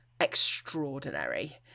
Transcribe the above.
extraordinary